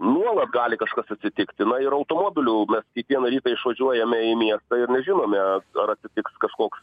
nuolat gali kažkas atsitikti na ir automobiliu mes kiekvieną rytą išvažiuojame į miestą ir nežinome ar atsitiks kažkoks